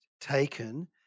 taken